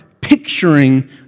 picturing